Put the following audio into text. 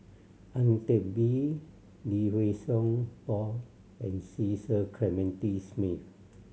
Ang Teck Bee Lee Wei Song Paul and Cecil Clementi Smith